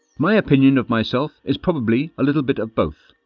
my opinion of myself is probably a little bit of both.